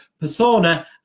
persona